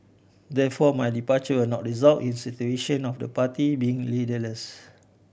therefore my departure will not result in situation of the party being leaderless